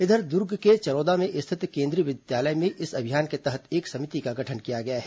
इधर दुर्ग के चरोदा में स्थित केंद्रीय विद्यालय में इस अभियान के तहत एक समिति का गठन किया गया है